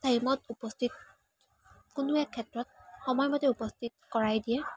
টাইমত উপস্থিত কোনো এক ক্ষেত্ৰত সময় মতে উপস্থিত কৰাই দিয়ে